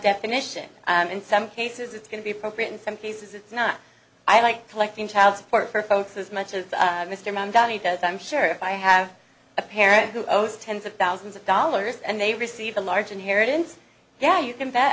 definition and in some cases it's going to be appropriate in some cases it's not i like collecting child support for folks as much as mr mom johnny does i'm sure if i have a parent who owes tens of thousands of dollars and they receive a large inheritance yeah you can bet